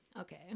Okay